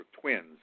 twins